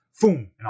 boom